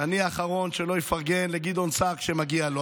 אני האחרון שלא יפרגן לגדעון סער כשמגיע לו,